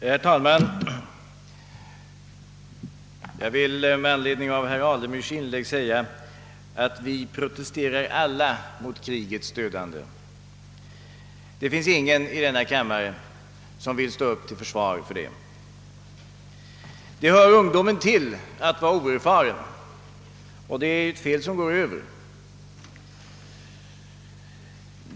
Herr talman! Jag vill med anledning av herr Alemyrs inlägg säga att vi alla protesterar mot krigets dödande. Det finns ingen i denna kammare som vill stå upp till försvar för det. Det hör ungdomen till att vara oerfaren, ett fel som går över med tiden.